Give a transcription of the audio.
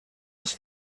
els